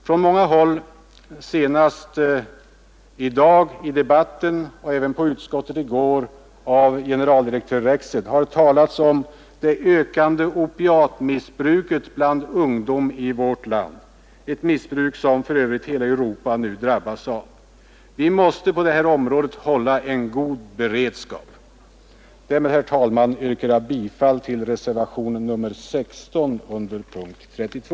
Från många håll, senast i debatten i dag och i utskottet i går av generaldirektör Rexed, har talats om det ökande opiatmissbruket bland ungdom i vårt land, ett missbruk som för övrigt hela Europa nu drabbas av. Vi måste på det här området hålla en god beredskap. Med detta, herr talman, yrkar jag bifall till reservationen 16 under punkten 32.